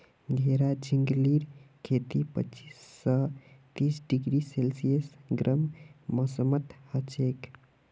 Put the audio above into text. घेरा झिंगलीर खेती पच्चीस स तीस डिग्री सेल्सियस गर्म मौसमत हछेक